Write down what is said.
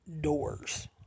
doors